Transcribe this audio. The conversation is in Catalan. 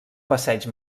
passeig